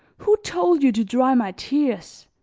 who told you to dry my tears?